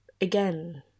again